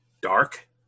Dark